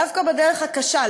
דווקא בדרך הקשה?